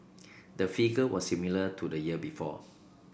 the figure was similar to the year before